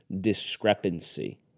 discrepancy